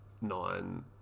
nine